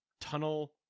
tunnel